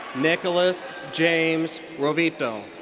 nicholas james rovito.